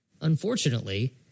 unfortunately